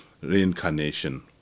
reincarnation